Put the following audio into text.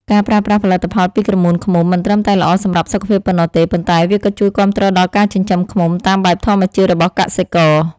ការប្រើប្រាស់ផលិតផលពីក្រមួនឃ្មុំមិនត្រឹមតែល្អសម្រាប់សុខភាពប៉ុណ្ណោះទេ ប៉ុន្តែ វាក៏ជួយគាំទ្រដល់ការចិញ្ចឹមឃ្មុំតាមបែបធម្មជាតិរបស់កសិករ។